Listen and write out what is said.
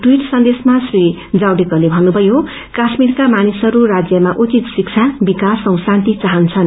tweet सन्दशमा श्री जावडेकरले भन्नुभयो काशमीका मानिसहरू राज्यमा उचित शिक्षा विकास औ शान्ति चाहन्छन्